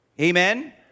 Amen